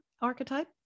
archetype